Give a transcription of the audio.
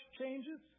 changes